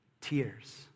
Tears